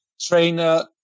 trainer